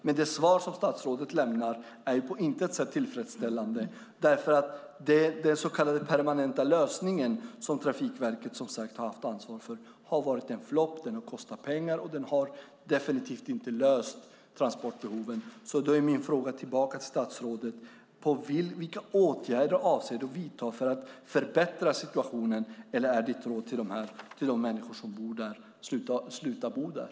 Men det svar som statsrådet lämnar är på intet sätt tillfredsställande därför att den så kallade permanenta lösning som Trafikverket har haft ansvar för har varit en flopp. Den har kostat pengar, och den har definitivt inte löst transportbehoven. Min fråga till statsrådet blir: Vilka åtgärder avser du att vidta för att förbättra situationen, eller är ditt råd till de människor som bor på Holmön att de ska sluta bo där?